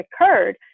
occurred